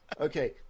Okay